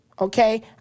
okay